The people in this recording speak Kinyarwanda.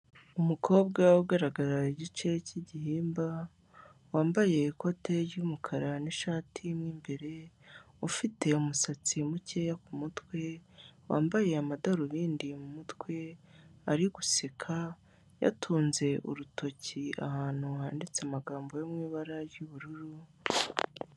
Umukobwa ugaragara igice cy'igihimba, wambaye ikote ry'umukara n'ishati mo imbere, ufite umusatsi mukeya ku mutwe, wambaye amadarubindi mu mutwe, ari guseka yatunze urutoki ahantu handitse amagambo yo mu ibara ry'ubururu.